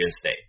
State